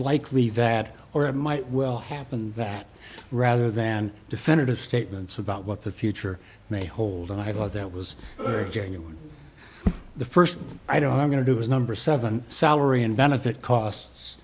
likely that or it might well happen that rather than definitive statements about what the future may hold and i thought that was genuine the first i don't i'm going to do is number seven salary and benefit costs